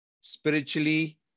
spiritually